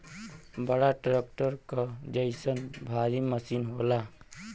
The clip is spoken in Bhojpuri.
बड़ा ट्रक्टर क जइसन भारी मसीन होला